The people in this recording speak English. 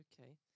okay